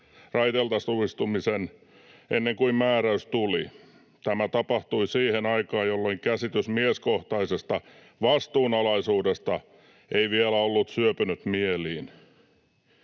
raiteelta suistumisen ennen kuin määräys tuli. Tämä tapahtui siihen aikaan, jolloin käsitys mieskohtaisesta vastuunalaisuudesta ei vielä ollut syöpynyt mieliin.